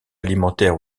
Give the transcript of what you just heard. alimentaires